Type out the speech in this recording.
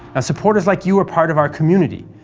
ah supporters like you are part of our community.